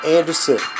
Anderson